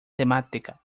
temática